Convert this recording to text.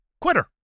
quitter